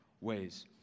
ways